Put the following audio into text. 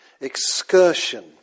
excursion